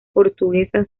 portuguesa